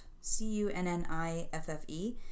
C-U-N-N-I-F-F-E